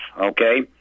okay